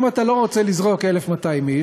אם אתה לא רוצה לזרוק 1,200 איש,